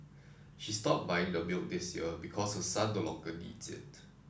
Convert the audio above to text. she stopped buying the milk this year because her son no longer needs it